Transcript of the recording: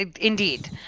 indeed